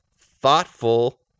Thoughtful